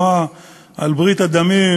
טוב מאוד לדבר גבוהה-גבוהה על ברית הדמים,